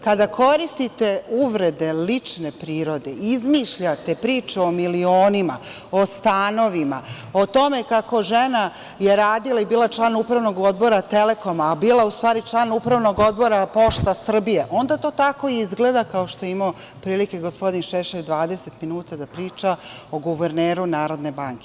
Kada koristite uvrede lične prirode, izmišljate priču o milionima, o stanovima, o tome kako je žena radila i bila član Upravnog odbora „Telekoma“, a bila je u stvari član Upravnog odbora „Pošta Srbije“, onda to tako izgleda, kao što je imao prilike gospodin Šešelj 20 minuta da priča o guverneru Narodne banke.